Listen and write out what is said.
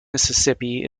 mississippi